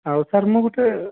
ଆଉ ସାର୍ ମୁଁ ଗୁଟେ